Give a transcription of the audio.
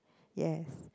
yes